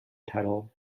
title